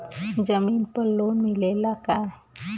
जमीन पर लोन मिलेला का?